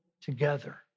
together